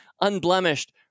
unblemished